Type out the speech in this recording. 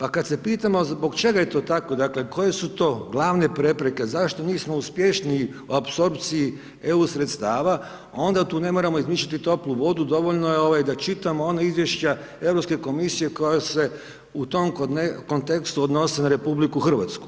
A kada se pitamo zbog čega je to tako, dakle koje su to glavne prepreke, zašto nismo uspješniji u apsorpciji EU sredstava, onda tu ne moramo izmišljati toplu vodu, dovoljno je da čitamo ona izvješća Europske komisije koja se u tom kontekstu odnose na RH.